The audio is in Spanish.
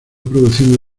produciendo